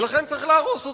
ולכן צריך להרוס אותו.